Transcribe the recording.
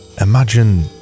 Imagine